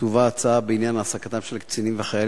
תובא הצעה בעניין העסקתם של קצינים וחיילים